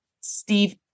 Steve